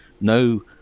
No